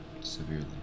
severely